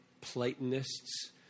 Platonists